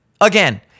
Again